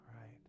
right